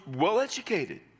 well-educated